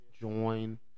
join